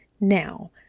Now